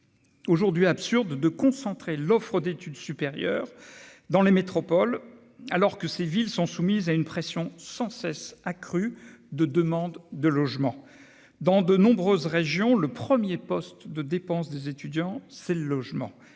Ainsi est-il absurde de concentrer l'offre d'études supérieures dans les métropoles, alors que ces villes sont soumises à une pression sans cesse accrue en matière de logement. Dans de nombreuses régions, le premier poste de dépense des étudiants, c'est le logement